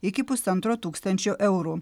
iki pusantro tūkstančio eurų